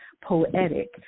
poetic